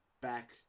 back